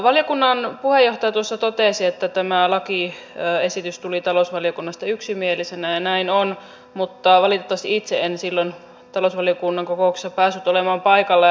valiokunnan puheenjohtaja tuossa totesi että tämä lakiesitys tuli talousvaliokunnasta yksimielisenä ja näin on mutta valitettavasti itse en silloin talousvaliokunnan kokouksessa päässyt olemaan paikalla